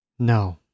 No